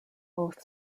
both